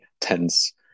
tense